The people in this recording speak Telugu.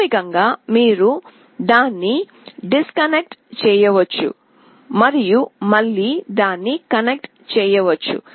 ప్రాథమికంగా మీరు దాన్ని డిస్కనెక్ట్ చేయవచ్చు మరియు మళ్లీ దాన్ని కనెక్ట్ చేయవచ్చు